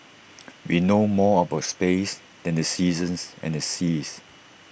we know more about space than the seasons and the seas